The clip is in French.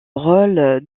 rôle